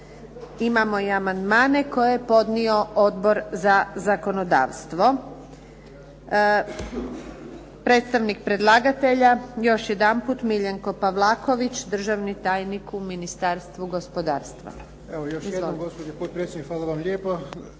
Imamo i amandmane koje je podnio Odbor za zakonodavstvo. Predstavnik predlagatelja još jedanput Miljenko Pavlaković, državni tajnik u Ministarstvu gospodarstva.